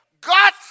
God